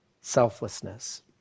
selflessness